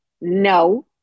No